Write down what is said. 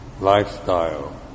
lifestyle